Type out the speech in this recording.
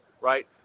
right